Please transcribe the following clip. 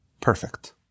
perfect